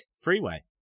freeway